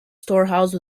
storehouse